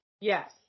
Yes